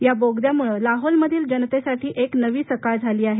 या बोगद्यामुळं लाहोल मधील जनतेसाठी एक नवी सकाळ झाली आहे